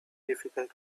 difficult